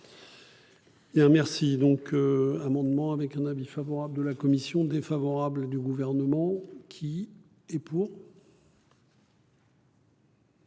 merci donc. Amendement avec un avis favorable de la commission défavorable du gouvernement qui est pour.